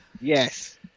Yes